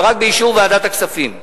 אבל רק באישור ועדת הכספים.